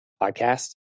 podcast